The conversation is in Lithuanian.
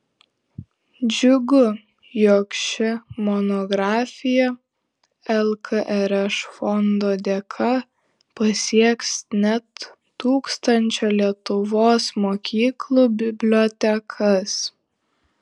džiugu jog ši monografija lkrš fondo dėka pasieks net tūkstančio lietuvos mokyklų bibliotekas